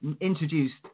introduced